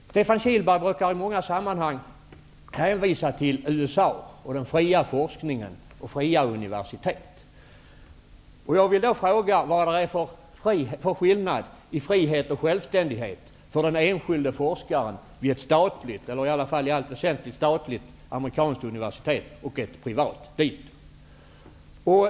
Stefan Kihlberg brukar i många andra sammanhang hänvisa till USA och till den fria forskningen och de fria universiteten. Vad är det då för skillnad i frihet och självständighet för den enskilde forskaren mellan ett amerikanskt i allt väsentligt statligt universitet och ett privat universitet?